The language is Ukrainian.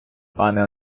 пане